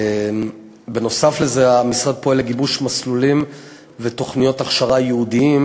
נוסף על זה המשרד פועל לגיבוש מסלולים ותוכניות הכשרה ייעודיים,